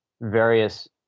various